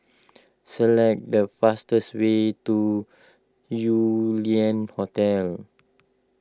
select the fastest way to Yew Lian Hotel